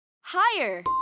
Higher